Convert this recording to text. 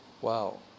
wow